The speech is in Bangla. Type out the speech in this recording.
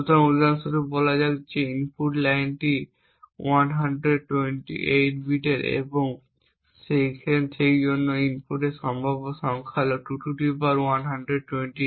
সুতরাং উদাহরণ স্বরূপ বলা যাক ইনপুট লাইনটি 128 বিটের এবং সেইজন্য ইনপুটের সম্ভাব্য সংখ্যা হল 2128